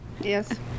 yes